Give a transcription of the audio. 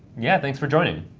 yeah, thanks for joining